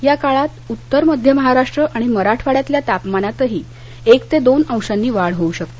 या काळात उत्तर मध्य महाराष्ट्र आणि मराठवाड्यातल्या तापमानात एक ते दोन अंशांनी वाढ होऊ शकते